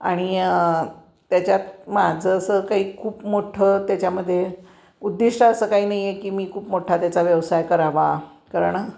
आणि त्याच्यात माझं असं काही खूप मोठं त्याच्यामधे उद्दिष्ट असं काही नाही आहे की मी खूप मोठा त्याचा व्यवसाय करावा कारणं